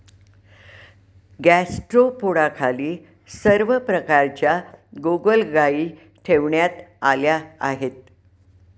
गॅस्ट्रोपोडाखाली सर्व प्रकारच्या गोगलगायी ठेवण्यात आल्या आहेत